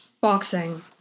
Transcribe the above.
boxing